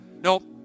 Nope